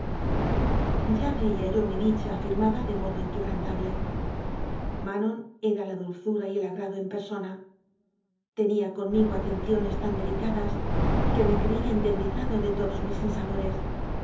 ya veía yo mi dicha afirmada de modo inque brantable manon era la dulzura y el agrado en persona tenía conmigo atenciones tan delicadas que me creía indemnizado de todos mis sinsabores